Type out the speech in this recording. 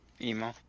Emo